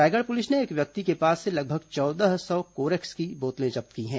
Raigarh police ने एक व्यक्ति के पास से लगभग चौदह सौ कोरेक्स की बोतलें जब्त की हैं